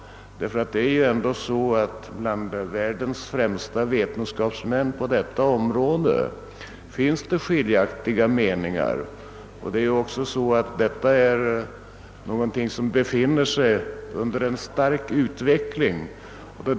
Ty det är ändå så att det bland världens främsta vetenskapsmän på detta fält råder skiljaktiga meningar. Vidare befinner sig verksamheten på området under stark utveckling.